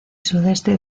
sudeste